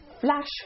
flash